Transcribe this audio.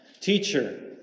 Teacher